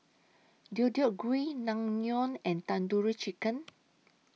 Deodeok Gui Naengmyeon and Tandoori Chicken